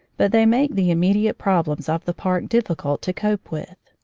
but they make the im mediate problems of the park difficult to cope with.